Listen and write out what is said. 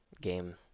game